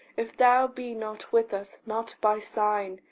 if thou be not with us not by sign,